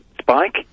spike